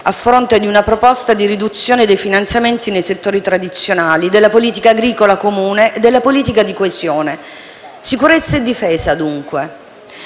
a fronte di una proposta di riduzione dei finanziamenti nei settori tradizionali della politica agricola comune e della politica di coesione. Sicurezza e difesa, dunque,